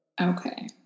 Okay